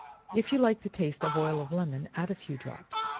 if you like the taste of oil of lemon, add a few drops.